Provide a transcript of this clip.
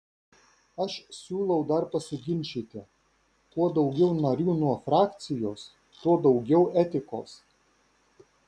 aš siūlau dar pasiginčyti kuo daugiau narių nuo frakcijos tuo daugiau etikos